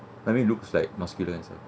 I mean looks like muscular inside